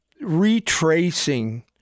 retracing